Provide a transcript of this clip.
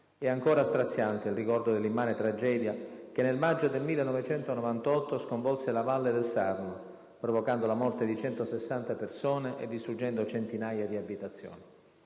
È ancora straziante il ricordo dell'immane tragedia che nel maggio del 1998 sconvolse la valle del Sarno, provocando la morte di 160 persone e distruggendo centinaia di abitazioni.